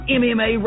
mma